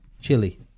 Chili